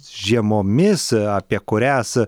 žiemomis apie kurias